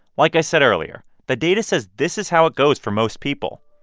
like i said earlier, the data says this is how it goes for most people.